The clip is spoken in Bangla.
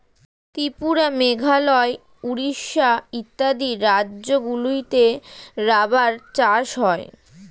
ত্রিপুরা, মেঘালয়, উড়িষ্যা ইত্যাদি রাজ্যগুলিতে রাবার চাষ হয়